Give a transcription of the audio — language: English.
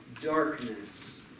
darkness